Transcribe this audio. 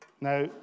Now